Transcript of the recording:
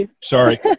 Sorry